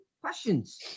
Questions